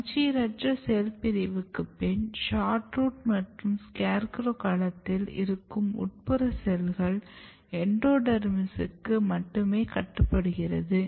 சமச்சீரற்ற செல் பிரிவுக்கு பின் SHORT ROOT மற்றும் SCARE CROW களத்தில் இருக்கும் உட்புற செல்கள் எண்டோடெர்மிஸுக்கு மட்டுமே கட்டுப்படுகிறது